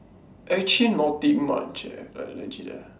actually nothing much eh like legit ah